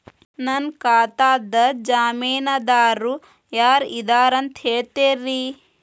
ನನ್ನ ಖಾತಾದ್ದ ಜಾಮೇನದಾರು ಯಾರ ಇದಾರಂತ್ ಹೇಳ್ತೇರಿ?